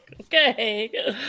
Okay